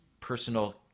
personal